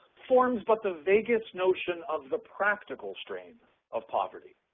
forms but the vaguest notion of the practical strain of poverty.